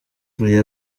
uyu